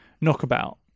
Knockabout